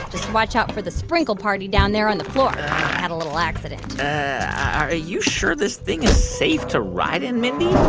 just watch out for the sprinkle party down there on the floor. i had a little accident are you sure this thing is safe to ride in, mindy?